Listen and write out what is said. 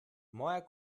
moja